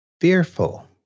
fearful